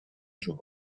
jour